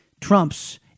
Trump's